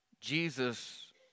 Jesus